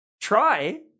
try